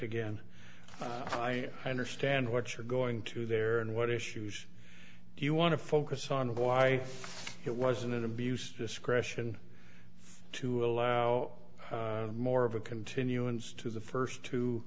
again i understand what you're going to there and what issues you want to focus on why it wasn't abused discretion to allow more of a continuance to the first two